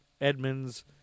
Edmonds